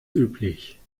üblich